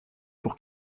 pour